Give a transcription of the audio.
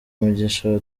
mushinga